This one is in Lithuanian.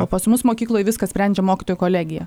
o pas mus mokykloj viską sprendžia mokytojų kolegija